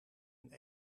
een